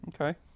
Okay